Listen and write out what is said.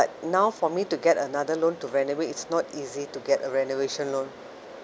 but now for me to get another loan to renovate it's not easy to get a renovation loan